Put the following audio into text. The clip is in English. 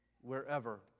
wherever